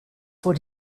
vor